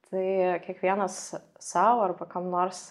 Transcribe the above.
tai kiekvienas sau arba kam nors